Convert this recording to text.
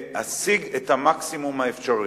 להשיג את המקסימום האפשרי,